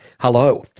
hello.